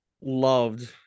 loved